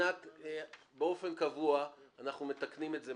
באופן קבוע אנחנו מתקנים את זה.